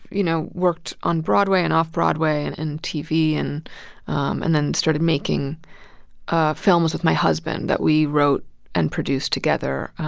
you know, worked on broadway, and off-broadway, and in tv and um and then started making ah films with my husband that we wrote and produced together,